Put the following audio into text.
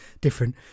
different